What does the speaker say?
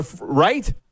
right